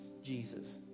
Jesus